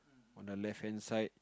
on the left hand side